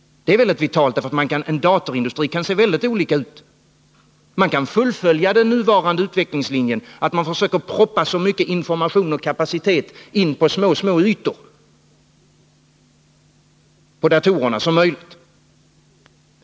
Det är väldigt vitalt, för en datorindustri kan se ut på många olika sätt. Man kan fullfölja den nuvarande utvecklingslinjen att försöka proppa in så mycket information och kapacitet som möjligt på så små ytor på datorerna som möjligt.